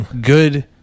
good